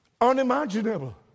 unimaginable